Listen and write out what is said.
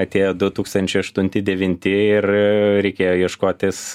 atėjo du tūkstančiai aštunti devinti ir reikėjo ieškotis